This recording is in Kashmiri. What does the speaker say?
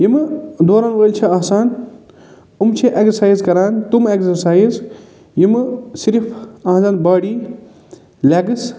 یِمہٕ دورَن وٲلۍ چھِ آسان یِم چھِ اٮ۪گزَرسایِز کران تم اٮ۪گزَرسایِز یِمہٕ صرف أنٛدیٚن باڈی لٮ۪گٕس